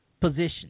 position